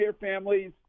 families